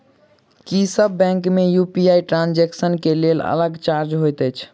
की सब बैंक मे UPI transaction केँ लेल अलग चार्ज होइत अछि?